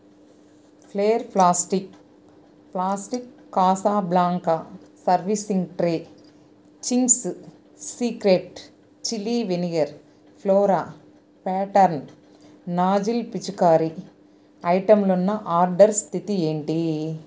flare plastic plastic Casablanca serving tray Ching's Secret chilli vinegar flora pattern nozzle పిచికారి ఐటెంలు ఉన్న order స్థితి ఏంటి